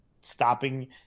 stopping